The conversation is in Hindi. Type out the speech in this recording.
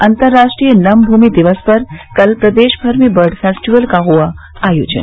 अन्तर्राष्ट्रीय नम भूमि दिवस पर कल प्रदेश भर में बर्ड फेस्टिवल का हुआ आयोजन